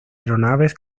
aeronaves